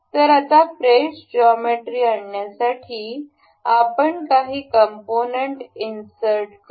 तर आता fresh geometry आणण्यासाठी आपण काही कंपोनट इन्सर्ट करू